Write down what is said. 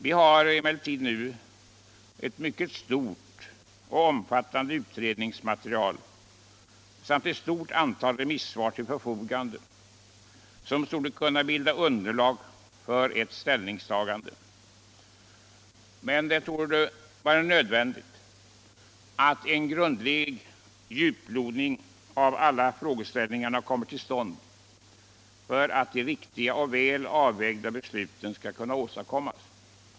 Vi har emellertid nu ett mycket stort och omfattande utredningsmaterial samt ett stort antal remissvar till förfogande, som torde kunna bilda underlag för ett ställningstagande. Men det torde vara nödvändigt att en grundlig djuplodning av alla frågeställningarna kommer till stånd för att de riktiga och väl avvägda besluten skall kunna åstadkommas.